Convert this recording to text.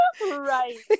right